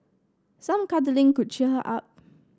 some cuddling could cheer her up